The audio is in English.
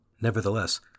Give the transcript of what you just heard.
Nevertheless